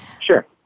Sure